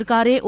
સરકારે ઓ